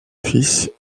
fils